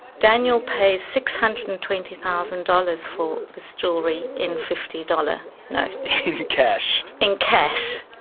daniel pays six hundred and twenty thousand dollars for this jewellery in fifty dollars notes. in cash! in cash.